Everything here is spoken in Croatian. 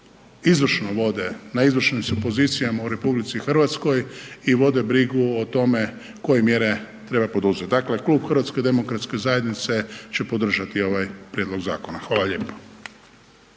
izvršno vode, na izvršnim su pozicijama u RH i vode brigu o tome koje mjere treba poduzet. Dakle, Klub HDZ-a će podržati ovaj prijedlog zakona. Hvala lijepo.